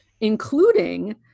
including